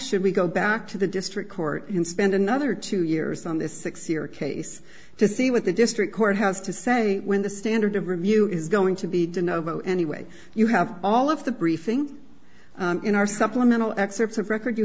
should we go back to the district court and spend another two years on the six year case to see what the district court has to say when the standard of review is going to be to no vote anyway you have all of the briefing in our supplemental excerpts of record you